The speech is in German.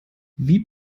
wie